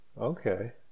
okay